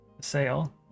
sale